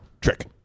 trick